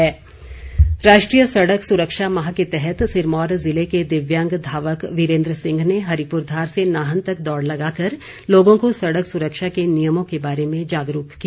धावक राष्ट्रीय सड़क सुरक्षा माह के तहत सिरमौर ज़िले के दिव्यांग धावक वीरेन्द्र सिंह ने हरिपुरधार से नाहन तक दौड़ लगाकर लोगों को सड़क सुरक्षा के नियमों के बारे में जागरूक किया